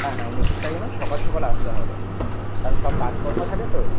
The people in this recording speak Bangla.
হ্যাঁ হ্যাঁ উনতিরিশ তারিখে বললাম সকাল সকাল আসতে হবে কারণ সব কাজকর্ম থাকে তো